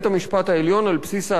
על בסיס ההלכות הקיימות,